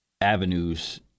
Avenues